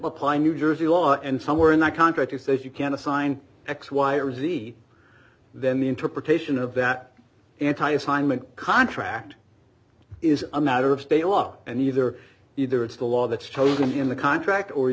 apply new jersey law and somewhere in that contract you say you can assign x y or z then the interpretation of that anti assignment contract is a matter of state law and either either it's the law that's totally in the contract or you